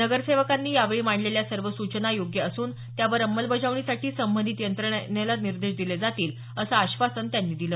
नगरसेवकांनी यावेळी मांडलेल्या सर्व सूचना योग्य असून त्यावर अंमलबजावणीसाठी संबंधित यंत्रणांना निर्देश दिले जातील असं आश्वासन त्यांनी दिलं